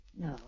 no